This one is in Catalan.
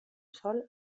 sol